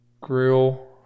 grill